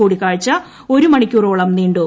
കൂടിക്കാഴ്ച ഒരു മണിക്കൂറോളം നീണ്ടു